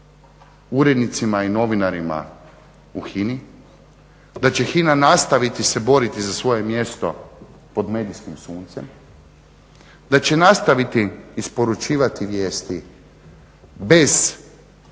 urednicima i novinarima u HINI, da će HINA nastaviti se boriti za svoje mjesto pod medijskim suncem, da će nastaviti isporučivati vijesti bez